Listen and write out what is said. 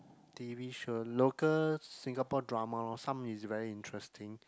t_v show local Singapore drama some is very interesting